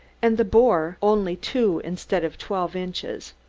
and the bore only two instead of twelve inches.